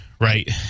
Right